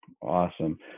Awesome